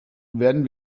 werden